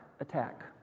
attack